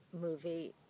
movie